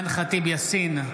אימאן ח'טיב יאסין,